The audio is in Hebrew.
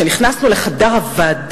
כשנכנסנו במהלך הדיונים לחדר הוועדה,